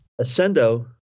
Ascendo